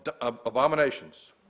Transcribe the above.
abominations